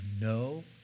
no